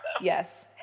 Yes